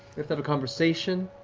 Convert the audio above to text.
have to have a conversation.